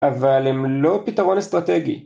אבל הם לא פתרון אסטרטגי